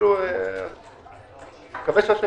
נקווה שהשבוע.